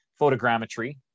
photogrammetry